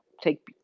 take